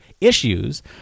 issues